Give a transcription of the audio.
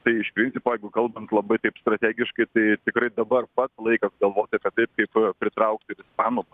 tai iš principo jeigu kalbant labai taip strategiškai tai tikrai dabar pats laikas galvot apie kaip pritraukti ir ispanų